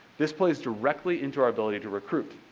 this plays directly into our ability to recruit.